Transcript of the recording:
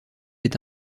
est